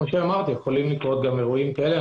יכולים לקרות גם אירועים כאלה.